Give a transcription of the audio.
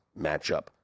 matchup